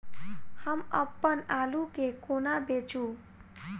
हम अप्पन आलु केँ कोना बेचू?